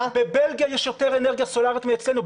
בבלגיה יש יותר אנרגיה סולרית מאשר אצלנו.